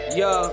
yo